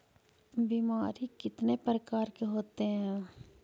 बीमारी कितने प्रकार के होते हैं?